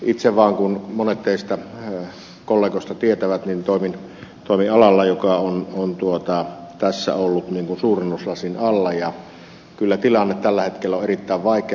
itse monet teistä kollegoista tietävät toimin alalla joka on tässä ollut suurennuslasin alla ja kyllä tilanne tällä hetkellä on erittäin vaikea